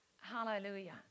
Hallelujah